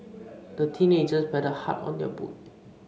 the teenagers paddled hard on their boat